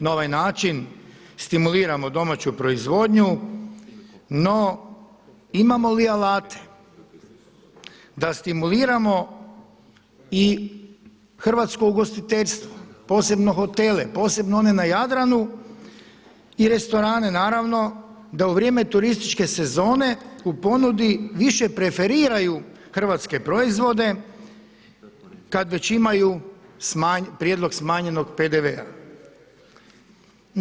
Na ovaj način stimulirano domaću proizvodnju, no imamo li alate da stimuliramo i hrvatsko ugostiteljstvo, posebno hotele, posebno one na Jadranu i restorane naravno, da u vrijeme turističke sezone u ponudi više preferiraju hrvatske proizvode kada već imaju prijedlog smanjenog PDV-a.